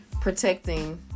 protecting